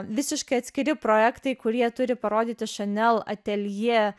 visiškai atskiri projektai kurie turi parodyti chanel atelje